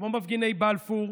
כמו מפגיני בלפור,